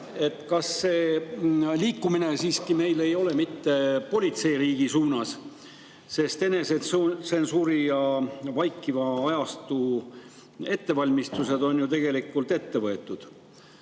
Kas see liikumine meil siiski ei ole mitte politseiriigi suunas, sest enesetsensuuri ja vaikiva ajastu ettevalmistused on ju tegelikult ette võetud?